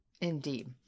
Indeed